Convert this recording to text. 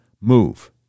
move